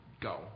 go